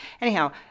Anyhow